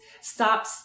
Stop